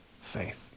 faith